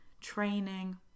training